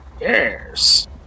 Yes